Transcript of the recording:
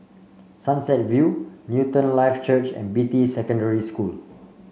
Sunset View Newton Life Church and Beatty Secondary School